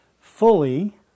fully